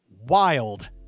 wild